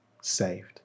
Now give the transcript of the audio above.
saved